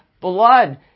blood